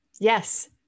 Yes